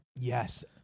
Yes